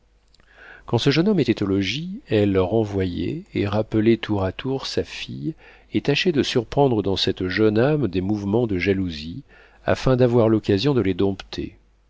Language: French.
quand ce jeune homme était au logis elle renvoyait et rappelait tour à tour sa fille et tâchait de surprendre dans cette jeune âme des mouvements de jalousie afin d'avoir l'occasion de les dompter